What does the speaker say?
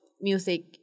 music